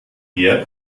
herd